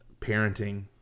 parenting